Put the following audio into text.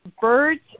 Birds